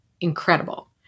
incredible